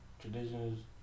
traditions